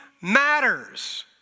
matters